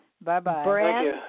Bye-bye